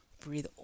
Breathe